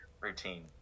routine